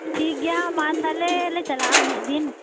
ᱴᱷᱤᱠᱜᱮᱭᱟ ᱢᱟ ᱛᱟᱦᱚᱞᱮ ᱞᱮ ᱪᱟᱞᱟᱜᱼᱟ ᱢᱤᱫ ᱫᱤᱱ